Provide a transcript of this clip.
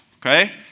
Okay